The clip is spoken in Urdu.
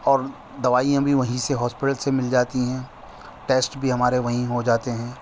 اور دوائیاں بھی وہیں سے ہاسپٹل سے مل جاتی ہیں ٹیسٹ بھی ہمارے وہیں ہو جاتے ہیں